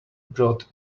brought